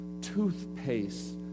toothpaste